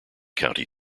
county